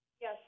Yes